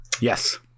Yes